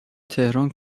تهران